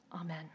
Amen